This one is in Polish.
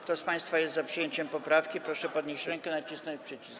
Kto z państwa jest za przyjęciem poprawki, proszę podnieść rękę i nacisnąć przycisk.